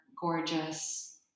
gorgeous